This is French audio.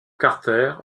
carter